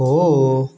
हो